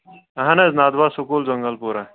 اہن حظ ندوا سکوٗل جنٛگل پوٗرا